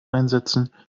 einsetzen